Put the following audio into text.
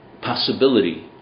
possibility